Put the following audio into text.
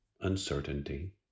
uncertainty